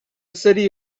city